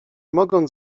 mogąc